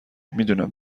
میدونم